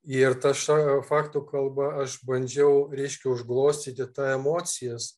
ir ta ša faktų kalba aš bandžiau reiškia užglostyti tą emocijas